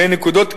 בין נקודות קיצון,